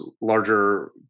larger